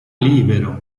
libero